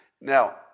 Now